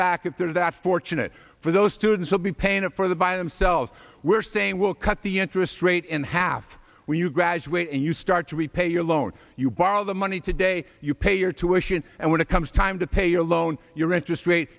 back if they are that fortunate for those students will be paying for the by themselves were saying we'll cut the interest rate in half when you graduate and you start to repay your loan you borrow the money today you pay your tuition and when it comes time to pay your loan your interest rate